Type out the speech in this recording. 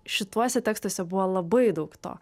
šituose tekstuose buvo labai daug to